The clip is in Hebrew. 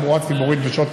עשו.